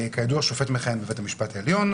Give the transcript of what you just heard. כידוע, שופט מכהן בבית המשפט העליון.